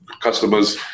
customers